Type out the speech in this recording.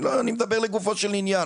לא אני מדבר לגופו של עניין,